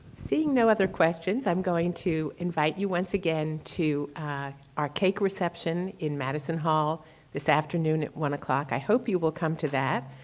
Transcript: seeing no other questions, i'm going to invite you once again to our cake reception in madison hall this afternoon at one o'clock. i hope you will come to that.